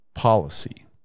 policy